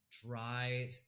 dry